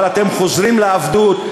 אבל אתם חוזרים לעבדות,